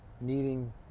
needing